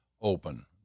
open